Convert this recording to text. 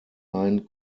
ein